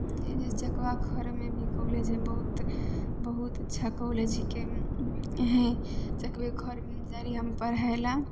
ई जे चकवा खरमे भी कॉलेज हइ बहुत बहुत अच्छा कॉलेज हइके यही चकवे खर हम जाइ हइ पढ़य लअ